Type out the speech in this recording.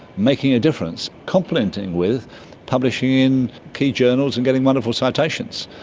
making a difference, complementing with publishing in key journals and getting wonderful citations,